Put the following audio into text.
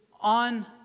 on